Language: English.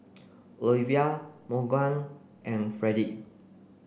Oliva Morgan and Fredrick